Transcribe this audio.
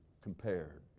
compared